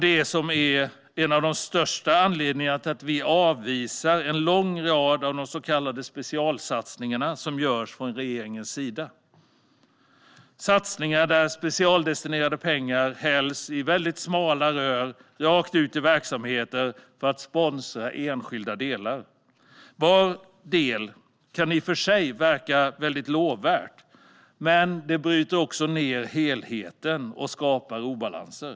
Det är en av de största anledningarna till att vi avvisar en lång rad av de så kallade specialsatsningar som görs från regeringens sida. Det är satsningar där specialdestinerade pengar hälls i väldigt smala rör rakt ut i verksamheter för att sponsra enskilda delar. Var del kan för sig verka väldigt lovvärd. Men det bryter också ned helheten och skapar obalanser.